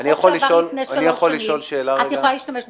זה חוק שעבר לפני שלוש שנים, את יכולה להשתמש בו.